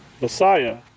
Messiah